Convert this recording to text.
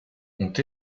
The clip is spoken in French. ont